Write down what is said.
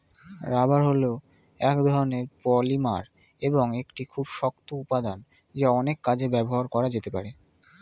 rubber হল এক ধরণের পলিমার এবং একটি খুব শক্ত উপাদান যা অনেক কাজে ব্যবহার করা যেতে পারে